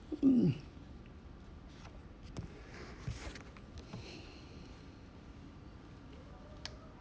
mm